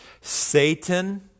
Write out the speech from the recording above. Satan